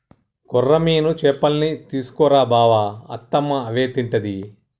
కొర్రమీను చేపల్నే తీసుకు రా బావ అత్తమ్మ అవే తింటది